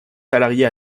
salariés